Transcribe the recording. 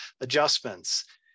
adjustments